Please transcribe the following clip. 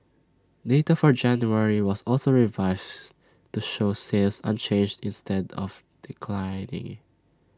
data for January was also revised to show sales unchanged instead of declining